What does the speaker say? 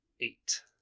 eight